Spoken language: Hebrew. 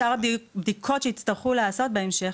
בדיקות שיצטרכו לעשות בהמשך.